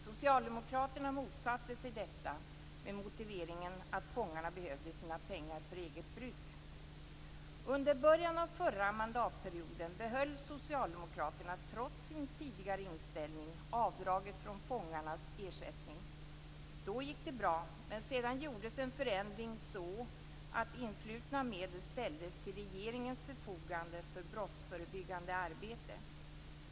Socialdemokraterna motsatte sig detta med motivering att fångarna behövde sina pengar för eget bruk. Under början av förra mandatperioden behöll socialdemokraterna avdraget från fångarnas ersättning, trots sin tidigare inställning. Då gick det bra, men sedan gjordes en förändring så, att influtna medel ställdes till regeringens förfogande för brottsförebyggande arbete.